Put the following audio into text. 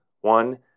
One